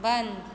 बन्द